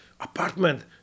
Apartment